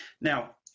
now